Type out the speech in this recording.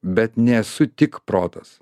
bet nesu tik protas